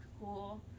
cool